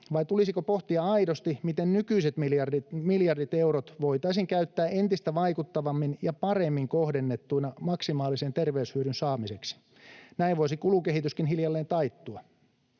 vai tulisiko pohtia aidosti, miten nykyiset miljardit eurot voitaisiin käyttää entistä vaikuttavammin ja paremmin kohdennettuina maksimaalisen terveyshyödyn saamiseksi? Näin voisi kulukehityskin hiljalleen taittua.